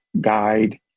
guide